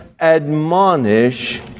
admonish